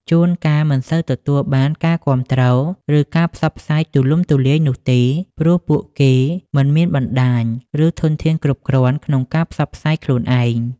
ជួនកាលមិនសូវទទួលបានការគាំទ្រ ឬការផ្សព្វផ្សាយទូលំទូលាយនោះទេ ព្រោះពួកគេមិនមានបណ្តាញ ឬធនធានគ្រប់គ្រាន់ក្នុងការផ្សព្វផ្សាយខ្លួនឯង។